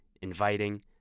inviting